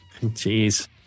Jeez